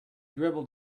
dribbled